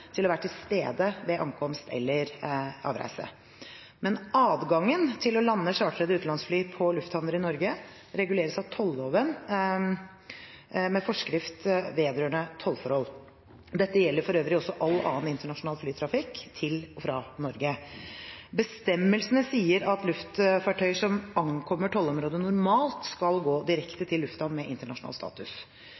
til å være til stede ved ankomst eller avreise. Adgangen til å lande chartrede utenlandsfly på lufthavner i Norge reguleres av tolloven med forskrift vedrørende tollforhold. Dette gjelder for øvrig også all annen internasjonal flytrafikk til og fra Norge. Bestemmelsene sier at luftfartøyer som ankommer tollområdet, normalt skal gå direkte